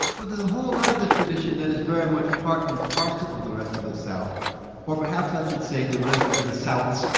but there's a whole lot of tradition that is very much part and parcel of the rest of the south or perhaps i should say the rest of the souths,